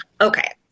Okay